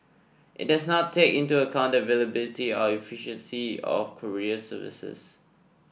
it does not take into account the availability or efficiency of courier services